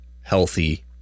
healthy